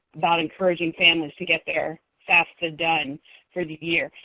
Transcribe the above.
about encouraging families to get their fafsa done for the year.